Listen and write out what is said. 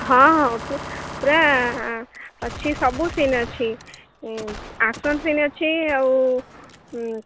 ହଁ ହଁ ପୁରା ଅଛି ସବୁ ସିନ୍ ଅଛି ଆକ୍ସନ୍ ସିନ୍ ଅଛି ଆଉ